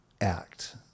act